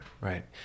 right